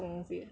这种东西的